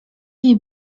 nie